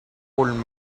old